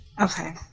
okay